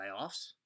playoffs